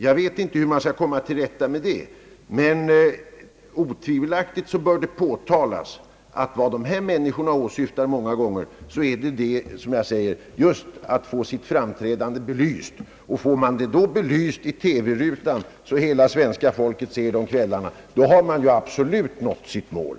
Jag vet inte hur man skall komma till rätta med detta, men otvivelaktigt bör det understrykas att vad vederbörande ofta syftar till just är att få sina framträdanden belysta. Och får hela svenska folket se dem i TV, har de ju absolut nått sitt mål.